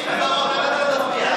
לא,